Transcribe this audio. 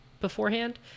beforehand